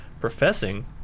professing